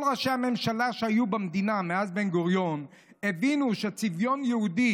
כל ראשי הממשלה שהיו במדינה מאז בן-גוריון הבינו שצביון יהודי